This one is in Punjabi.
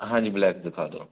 ਹਾਂਜੀ ਬਲੈਕ ਦਿਖਾ ਦਿਉ